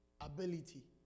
ability